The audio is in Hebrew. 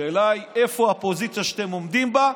השאלה היא איפה הפוזיציה שאתם עומדים בה,